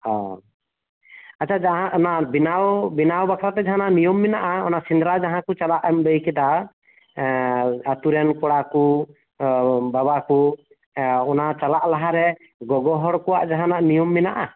ᱚᱻ ᱟᱪᱪᱷᱟ ᱡᱟᱦᱟᱸ ᱚᱱᱟ ᱵᱮᱱᱟᱣ ᱵᱮᱱᱟᱣ ᱵᱟᱠᱷᱨᱟᱛᱮ ᱡᱟᱦᱟᱸᱱᱟᱜ ᱱᱤᱭᱚᱢ ᱢᱮᱱᱟᱜᱼᱟ ᱚᱱᱟ ᱥᱮᱸᱫᱽᱨᱟ ᱡᱟᱦᱟᱸᱠᱚ ᱪᱟᱞᱟᱜᱼᱮᱢ ᱞᱟᱹᱭᱠᱮᱫᱟ ᱟᱹᱛᱩᱨᱮᱱ ᱠᱚᱲᱟᱠᱚ ᱵᱟᱵᱟᱠᱚ ᱚᱱᱟ ᱪᱟᱞᱟᱜ ᱞᱟᱦᱟᱨᱮ ᱜᱚᱜᱚᱦᱚᱲ ᱠᱚᱣᱟᱜ ᱡᱟᱦᱟᱸᱱᱟᱜ ᱱᱤᱭᱚᱢ ᱢᱮᱱᱟᱜᱼᱟ